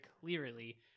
clearly